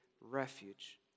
refuge